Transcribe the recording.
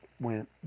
went